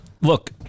Look